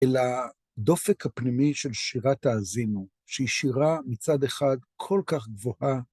אלא דופק הפנימי של שירת האזינו, שהיא שירה מצד אחד כל כך גבוהה.